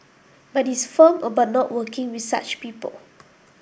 but he is firm about not working with such people